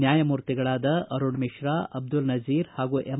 ನ್ಯಾಯಮೂರ್ತಿಗಳಾದ ಅರುಣ್ ಮಿಶ್ರಾ ಅಬ್ದುಲ್ ನಜೀರ್ ಹಾಗೂ ಎಂ